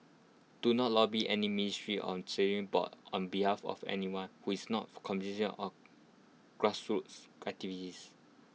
do not lobby any ministry or board on behalf of anyone who is not constituent or grassroots activist